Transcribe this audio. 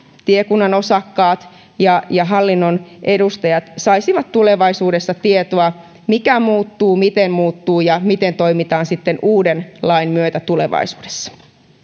tiekunnan osakkaat ja ja hallinnon edustajat saisivat tulevaisuudessa tietoa että mikä muuttuu miten muuttuu ja miten toimitaan sitten uuden lain myötä tulevaisuudessa